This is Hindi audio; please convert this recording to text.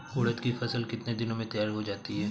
उड़द की फसल कितनी दिनों में तैयार हो जाती है?